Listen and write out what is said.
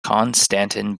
konstantin